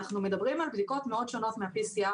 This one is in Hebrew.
אנחנו מדברים על בדיקות מאוד שונות מה-PCR